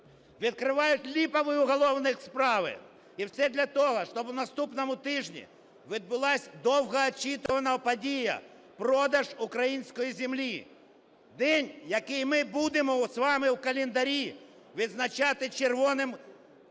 відкривають липові уголовні справи. І все для того, щоб на наступному тижні відбулась довгоочікувана подія – продаж української землі, день, який ми будемо з вами у календарі відзначати червоним, простите,